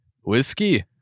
whiskey